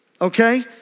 Okay